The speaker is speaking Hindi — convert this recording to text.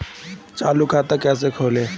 चालू खाता कैसे खोलें?